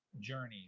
journey